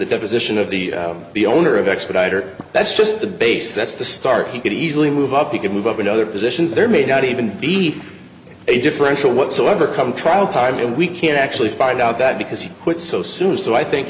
deposition of the the owner of expediter that's just the base that's the start he could easily move up he could move up in other positions there may not even be a differential what so ever come trial time we can actually find out that because he quit so soon so i think